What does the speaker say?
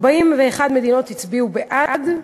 41 מדינות הצביעו בעד,